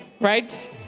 right